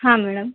ಹಾಂ ಮೇಡಮ್